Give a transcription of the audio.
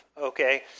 okay